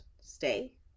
Stay